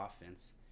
offense